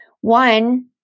one